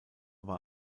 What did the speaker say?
war